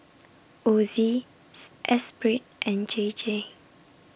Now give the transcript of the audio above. Ozi Esprit and J J